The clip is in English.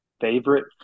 Favorite